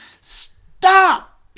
Stop